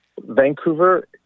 Vancouver